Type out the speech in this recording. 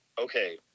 Okay